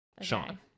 Sean